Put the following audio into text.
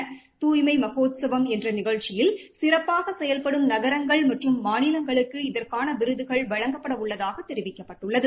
தூய்மை மகோத்சவம் என்ற நிகழ்ச்சியில் சிறப்பாக செயல்படும் நகரங்கள் மற்றும் மாநிலங்களுக்கு இதற்கான் விருதகன் வழங்கப்பட உள்ளதாக தெரிவிக்கப்பட்டுள்ளது